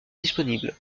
disponible